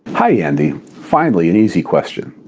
hi andy. finally, an easy question.